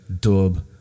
Dub